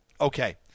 okay